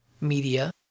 media